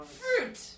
fruit